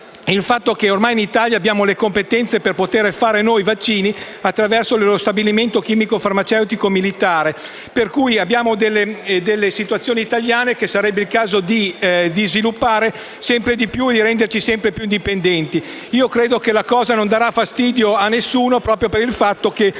il fatto che ormai in Italia ci sono le competenze per fare i vaccini attraverso lo Stabilimento chimico farmaceutico militare, quindi ci sono realtà italiane che sarebbe il caso di sviluppare sempre di più per renderci sempre più indipendenti. Credo che la cosa non darà fastidio a nessuno, proprio per il fatto che